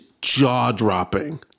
Jaw-dropping